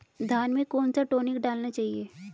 धान में कौन सा टॉनिक डालना चाहिए?